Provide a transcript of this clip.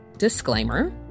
disclaimer